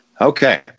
Okay